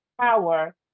power